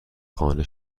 خانه